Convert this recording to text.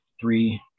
three